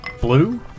blue